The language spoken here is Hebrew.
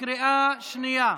בקריאה שנייה.